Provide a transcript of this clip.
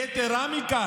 יתרה מכך,